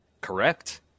Correct